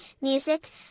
music